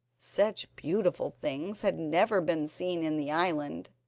such beautiful things had never been seen in the island,